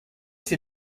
ces